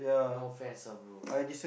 no offence ah bro